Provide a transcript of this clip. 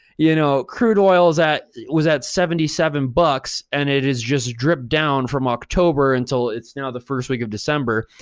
you know, crude oil was at was at seventy seven bucks, and it has just dripped down from october until it's now the first week of december,